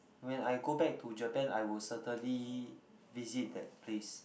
when I go back to Japan I will certainly visit that place